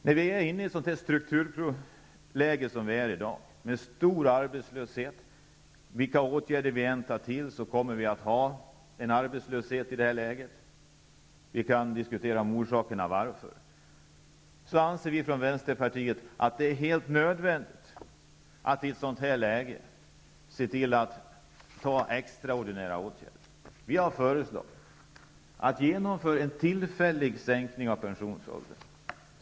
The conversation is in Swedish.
När vi är inne i ett sådant strukturläge som vi i dag är, med stor arbetslöshet, kommer vi med vilka åtgärder vi än tar till att ha en hög arbetslöshet. Vi kan diskutera orsakerna till detta. Vi från vänsterpartiet anser att det är helt nödvändigt att vi i detta läge ser till att vidta extraordinära åtgärder. Vi har föreslagit att man skall genomföra en tillfällig sänkning av pensionsåldern.